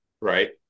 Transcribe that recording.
right